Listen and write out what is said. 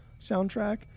soundtrack